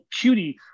cutie